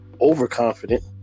overconfident